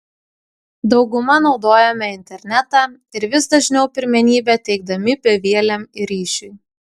dauguma naudojame internetą ir vis dažniau pirmenybę teikdami bevieliam ryšiui